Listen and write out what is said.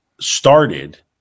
started